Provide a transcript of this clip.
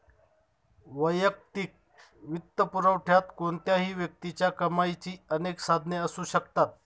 वैयक्तिक वित्तपुरवठ्यात कोणत्याही व्यक्तीच्या कमाईची अनेक साधने असू शकतात